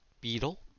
beetle